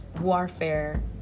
warfare